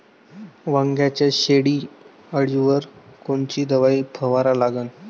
वांग्याच्या शेंडी अळीवर कोनची दवाई फवारा लागन?